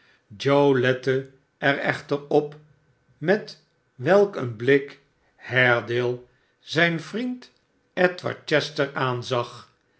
joe lette er echter op met welk een blik haredale zijn vriend edward chester aanzag